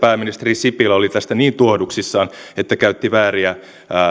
pääministeri sipilä oli tästä niin tuohduksissaan että käytti vääriä